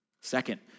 Second